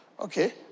Okay